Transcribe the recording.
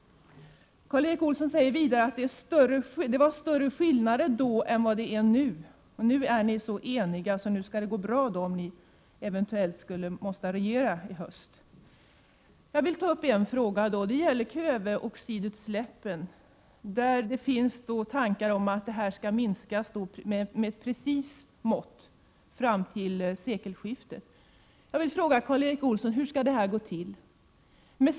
Karl Erik Olsson säger vidare att det var större skillnad mellan de borgerliga partierna då än vad det är nu. Nu är ni så eniga, så nu skall det gå bra, om ni eventuellt skulle vara tvungna att regera i höst. Jag vill ta upp en fråga, och den gäller kväveoxidutsläppen. Det finns tankar om att de skall minskas med ett precist mått fram till sekelskiftet. Jag vill fråga Karl Erik Olsson hur det skall gå till.